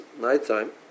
nighttime